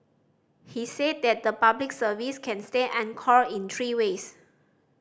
he said that the Public Service can stay anchored in three ways